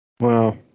Wow